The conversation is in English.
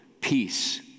peace